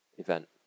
event